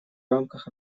рамках